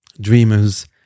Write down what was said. dreamers